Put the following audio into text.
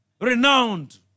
renowned